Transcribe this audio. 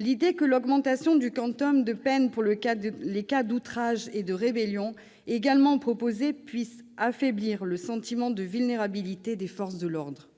l'idée que l'augmentation du quantum des peines pour outrage et rébellion, également proposée, puisse affaiblir le sentiment de vulnérabilité des forces de l'ordre.